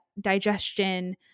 digestion